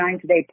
Today